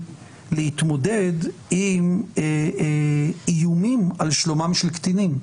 להתמודד עם איומים על שלומם של קטינים.